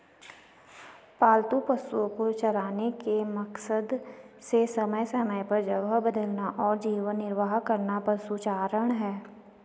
पालतू पशुओ को चराने के मकसद से समय समय पर जगह बदलना और जीवन निर्वाह करना पशुचारण है